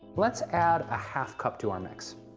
let's add a half cup to our mix.